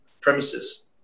premises